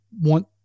want